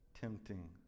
tempting